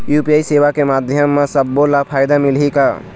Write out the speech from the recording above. UPI सेवा के माध्यम म सब्बो ला फायदा मिलही का?